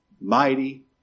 mighty